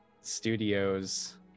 studios